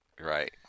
right